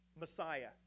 Messiah